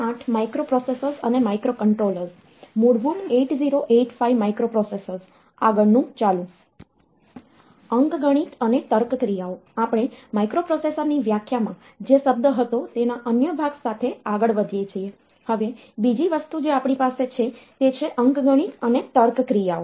અંકગણિત અને તર્ક ક્રિયાઓ આપણે માઇક્રોપ્રોસેસરની વ્યાખ્યામાં જે શબ્દ હતો તેના અન્ય ભાગ સાથે આગળ વધીએ છીએ હવે બીજી વસ્તુ જે આપણી પાસે છે તે છે અંકગણિત અને તર્ક ક્રિયાઓ